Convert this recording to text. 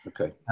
Okay